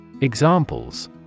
Examples